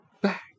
back